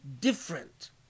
different